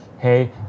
hey